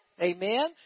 Amen